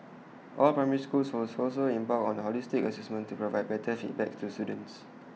all primary schools was also embarked on holistic Assessment to provide better feedback to students